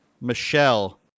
Michelle